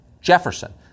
Jefferson